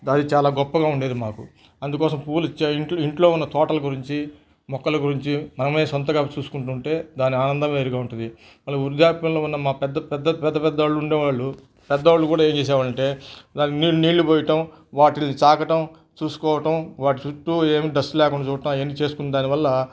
దానికి చాలా గొప్పగా ఉండేది మాకు అందుకోసం పూవ్వులు ఇచ్చే ఇంట్లో ఇంట్లో ఉన్న తోటలు గురించి మొక్కల గురించి మనమే సొంతంగా చూసుకొంటూ ఉంటే దాని ఆనందం వేరుగా ఉంటుంది అలాగే వృద్యాప్యంలో ఉన్న మా పెద్ద పెద్ద పెద్ద వాళ్ళు ఉండేవాళ్ళు పెద్దవాళ్ళు కూడా ఏమి చేసే వాళ్ళంటే నీళ్ళు నీళ్ళు పోయటం వాటిని సాకటం చూసుకోవటం వాటి చుట్టూ ఏం డస్ట్ లేకుండా చూడడం అవన్ని చేసుకున్న దాని వల్ల